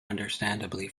understandably